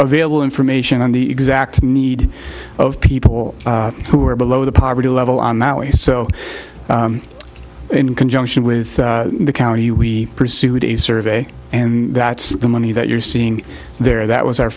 available information on the exact need of people who are below the poverty level on maui so in conjunction with the county we pursued a survey and that's the money that you're seeing there that was our